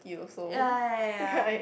ya ya ya ya